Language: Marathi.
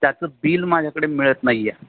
त्याचं बिल माझ्याकडे मिळत नाही आहे